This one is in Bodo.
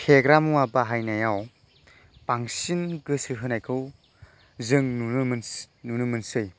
फेग्रा मुवा बाहायनायाव बांसिन गोसो होनायखौ जों नुनो मोनसै मोनसै